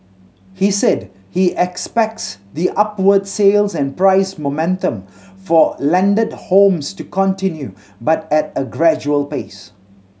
he said he expects the upward sales and price momentum for landed homes to continue but at a gradual pace